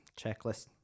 checklist